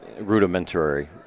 rudimentary